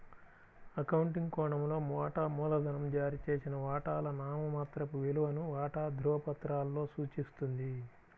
accounting కోణంలో, వాటా మూలధనం జారీ చేసిన వాటాల నామమాత్రపు విలువను వాటా ధృవపత్రాలలో సూచిస్తుంది